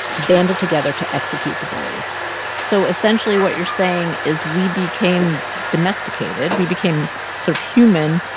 banded together to execute the bullies so essentially what you're saying is we became domesticated, we became sort of human,